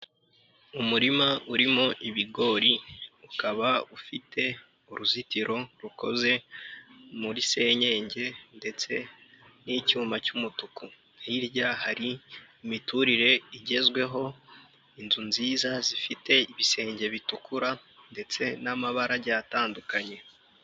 Umurima urimo ibigori ukaba ufite uruzitiro rukoze muri senyenge ndetse n'icyuma cy'umutuku, hirya hari imiturire igezweho, inzu nziza zifite ibisenge bitukura ndetse n'amabara agiye atandukanye.